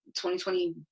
2020